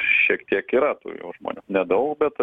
šiek tiek yra tų jau žmonių nedaug bet